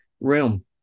realm